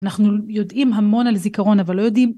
אנחנו יודעים המון על זיכרון אבל לא יודעים.